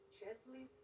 Chesley